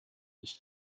ich